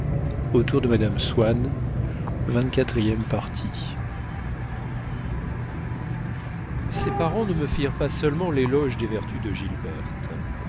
ses parents ne me firent pas seulement l'éloge des vertus de gilberte